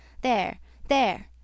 There—there